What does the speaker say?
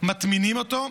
מטמינים אותו,